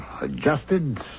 adjusted